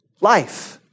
Life